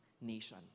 nation